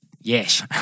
Yes